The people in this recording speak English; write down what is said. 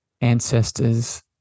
ancestors